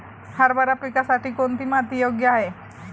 हरभरा पिकासाठी कोणती माती योग्य आहे?